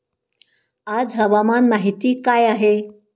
आज हवामान माहिती काय आहे?